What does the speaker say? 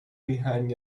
behind